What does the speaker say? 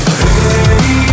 hey